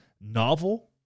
novel